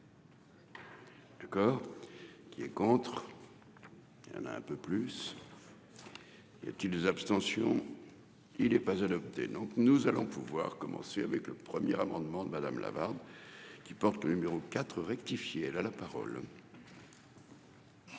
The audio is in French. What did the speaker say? D'accord. Qui est contre. Il y en a un peu plus. Et qui les abstentions. Il est pas adopté. Donc nous allons pouvoir commencer avec le premier amendement de madame Lavarde qui porte le numéro 4 rectifié la la parole.